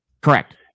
Correct